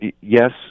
yes